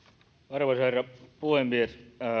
arvoisa herra puhemies